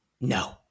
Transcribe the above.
No